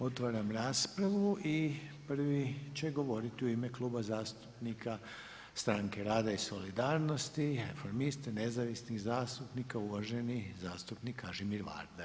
Otvaram raspravu i prvi će govoriti u ime Kluba zastupnika Stranke rada i solidarnosti i Reformisti, Nezavisnih zastupnika uvaženi zastupnik Kažimir Varda.